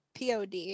pod